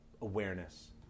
awareness